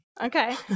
Okay